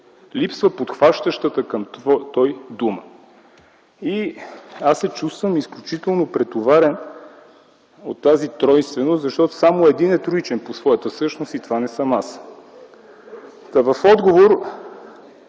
Липсва подхващащата към „той” дума. И аз се чувствам изключително претоварен от тази тройнственост, защото само Един е Троичен по своята същност и това не съм аз. В отговор